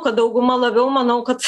kad dauguma labiau manau kad